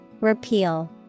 repeal